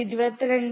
18222